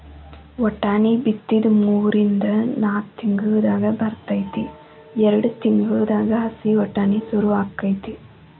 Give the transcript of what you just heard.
ವಟಾಣಿ ಬಿತ್ತಿದ ಮೂರಿಂದ ನಾಕ್ ತಿಂಗಳದಾಗ ಬರ್ತೈತಿ ಎರ್ಡ್ ತಿಂಗಳದಾಗ ಹಸಿ ವಟಾಣಿ ಸುರು ಅಕೈತಿ